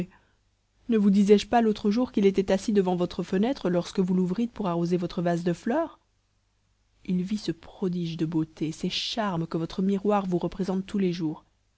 ne vous disais-je pas l'autre jour qu'il était assis devant votre fenêtre lorsque vous l'ouvrîtes pour arroser votre vase de fleurs il vit ce prodige de beauté ces charmes que votre miroir vous représente tous les jours